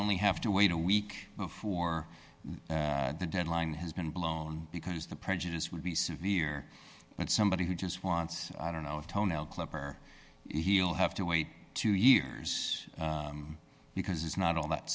only have to wait a week before the deadline has been blown because the prejudice would be severe but somebody who just wants i don't know if toenail clippers are he'll have to wait two years because it's not all that